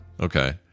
Okay